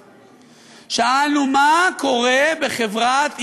שאלנו: מה קורה בחברת "ענבל"?